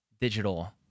digital